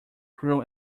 grew